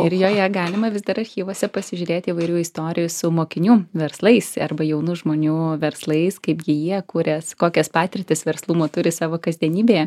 ir joje galima vis dar archyvuose pasižiūrėti įvairių istorijų su mokinių verslais arba jaunų žmonių verslais kaipgi jie kūrės kokias patirtis verslumo turi savo kasdienybėje